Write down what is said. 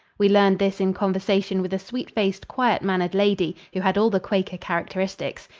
we learned this in conversation with a sweet-faced, quiet-mannered lady who had all the quaker characteristics.